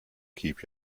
keep